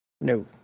No